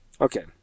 Okay